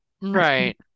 Right